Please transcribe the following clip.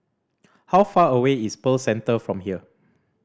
how far away is Pearl Centre from here